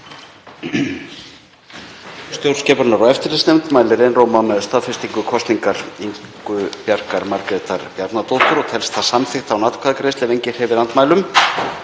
Stjórnskipunar- og eftirlitsnefnd mælir einróma með staðfestingu kosningar Ingu Bjarkar Margrétar Bjarnadóttur og telst það samþykkt án atkvæðagreiðslu ef enginn hreyfir andmælum.